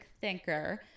thinker